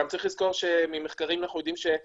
גם צריך לזכור שאנחנו יודעים ממחקרים שאדם